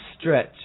stretch